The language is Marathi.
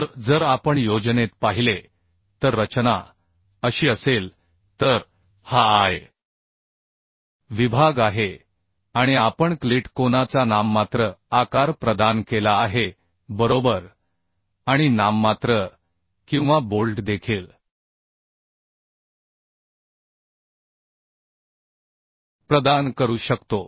तर जर आपण योजनेत पाहिले तर रचना अशी असेल तर हा I विभाग आहे आणि आपण क्लिट कोनाचा नाममात्र आकार प्रदान केला आहे बरोबर आणि नाममात्र किंवा बोल्ट देखील प्रदान करू शकतो